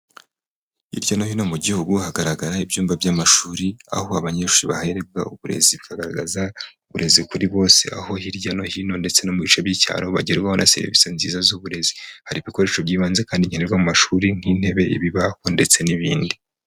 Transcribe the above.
Hirya no hino mu gihugu hagaragara ibyumba by'amashuri aho abanyeshuri bahererwa uburezi bakagaragaza uburezi kuri bose, aho hirya no hino ndetse no mu bice by'icyaro bagerwaho na serivisi nziza z'uburezi hari ibikoresho by'ibanze kandi nkenerwa mu mashuri nk'intebe, ibibaho ndetse n'ibindi.